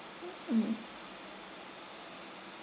mm